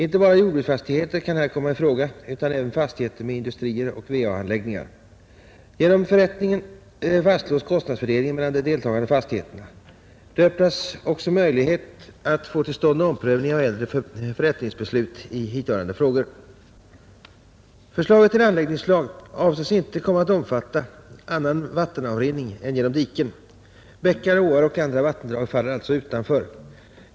Inte bara jordbruksfastigheter kan här komma i fråga utan även fastigheter med industrier och va-anläggningar. Genom förrättning fastslås kostnadsfördelningen mellan de deltagande fastigheterna. Det öppnas vidare möjligheter att få till stånd omprövning av äldre förrättningsbeslut i hithörande frågor. Förslaget till anläggningslag avses inte komma att omfatta annan vattenavrinning än genom diken. Bäckar, åar och andra vattendrag faller alltså utanför.